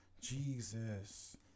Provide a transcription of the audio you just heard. Jesus